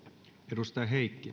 arvoisa